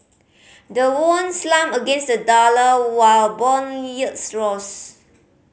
the won slumped against the dollar while bond yields rose